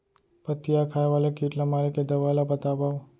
पत्तियां खाए वाले किट ला मारे के दवा ला बतावव?